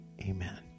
Amen